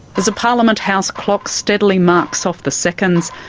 as a parliament house clock steadily marks off the seconds,